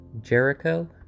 Jericho